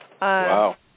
Wow